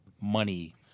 money